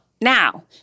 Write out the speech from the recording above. Now